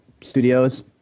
Studios